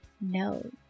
No